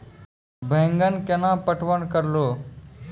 बैंगन केना पटवन करऽ लो?